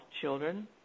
children